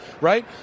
right